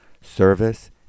service